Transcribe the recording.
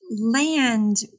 land